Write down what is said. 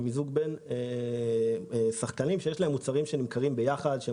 ומיזוג בין שחקנים שיש להם מוצרים שנמכרים ביחד שהם